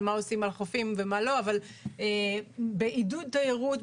מה עושים על החופים ומה לא אבל בעידוד תיירות,